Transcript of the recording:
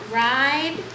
ride